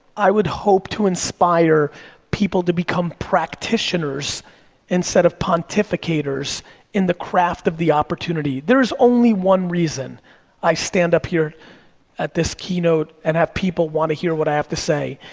i would hope to inspire people to become practitioners instead of pontificators in the craft of the opportunity. there is only one reason i stand up here at this keynote and have people wanna hear what i have to say.